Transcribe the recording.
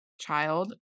child